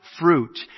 fruit